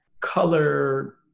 color